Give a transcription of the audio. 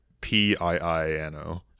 P-I-I-N-O